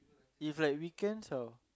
if like weekends how